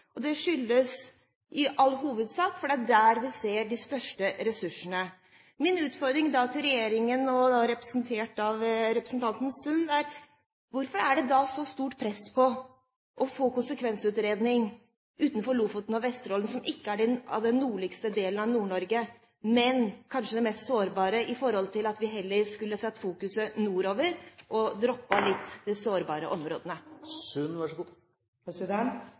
Nord-Norge. Det skyldes i all hovedsak at det er der vi ser de største ressursene. Min utfordring til regjeringen, representert av representanten Sund, er: Hvorfor er det da så stort press på å få konsekvensutredning utenfor Lofoten og Vesterålen som ikke er den nordligste delen av Nord-Norge, men kanskje den mest sårbare, i forhold til at vi heller skulle hatt fokuset nordover og droppet de sårbare områdene?